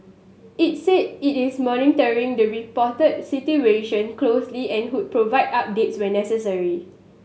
it said it is monitoring the reported situation closely and would provide updates when necessary